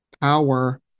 power